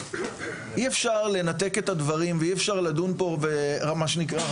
אי-אפשר לנתק את הדברים ואי-אפשר לדון רק ברווחת